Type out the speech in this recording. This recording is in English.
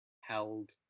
held